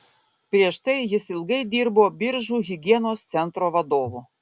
prieš tai jis ilgai dirbo biržų higienos centro vadovu